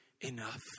enough